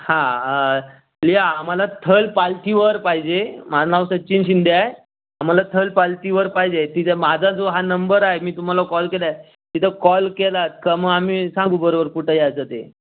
हां हे आम्हाला थल पालतीवर पाहिजे माझं नाव सचिन शिंदे आहे आम्हाला थल पालतीवर पाहिजे तिथं माझा जो हा नम्बर आहे मी तुम्हाला कॉल केला आहे तिथं कॉल केलात का मग आम्ही सांगू बरोबर कुठं यायचं ते